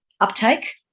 uptake